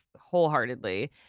wholeheartedly